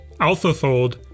AlphaFold